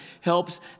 helps